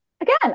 again